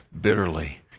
bitterly